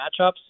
matchups